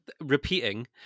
repeating